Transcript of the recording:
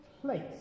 place